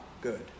good